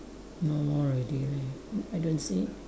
no more already leh n~ I don't see